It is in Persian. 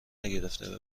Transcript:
نگرفته